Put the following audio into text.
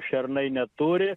šernai neturi